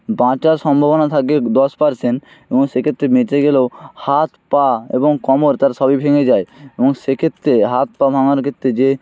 বাঁচার সম্ভাবনা থাকে দশ পার্সেন এবং সে ক্ষেত্রে বেঁচে গেলেও হাত পা এবং কোমড় তার সবই ভেঙে যায় এবং সেক্ষত্রে হাত পা ভাঙার ক্ষেত্রে যে